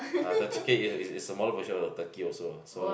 the chicken is is is a smaller version of the turkey also eh so